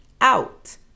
out